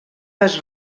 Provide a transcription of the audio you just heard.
les